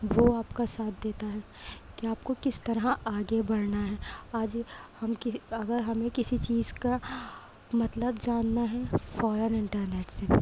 وہ آپ کا ساتھ دیتا ہے کہ آپ کو کس طرح آگے بڑھنا ہے آج ہم کسی اگر ہمیں کسی چیز کا مطلب جاننا ہے فوراً انٹرنیٹ سے